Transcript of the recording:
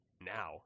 now